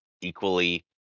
equally